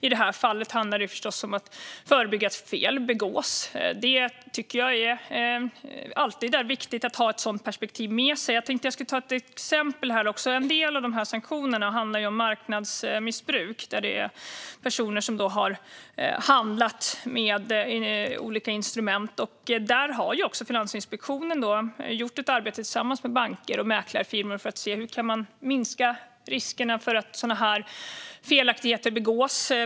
I det här fallet handlar det om att förebygga att fel begås. Jag tycker att det alltid är viktigt att ha ett sådant perspektiv med sig. Jag tänkte ta ett exempel. En del av sanktionerna handlar om marknadsmissbruk, där personer har handlat med olika instrument. Där har Finansinspektionen gjort ett arbete tillsammans med banker och mäklarfirmor för att se hur man kan minska riskerna för att sådana felaktigheter begås.